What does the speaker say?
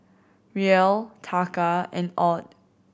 Riel Taka and AUD